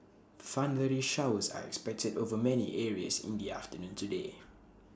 thundery showers are expected over many areas in the afternoon today